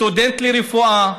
סטודנט לרפואה,